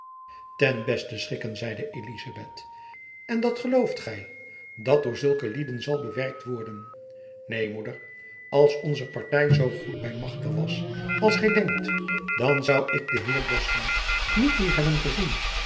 ten beste schikken zeide elizabeth en dat gelooft gy dat door zulke lieden zal bewerkt worden neen moeder als onze party zoo goed by machte was als gy denkt dan zoû ik den heer bosveldt niet hier hebben gezien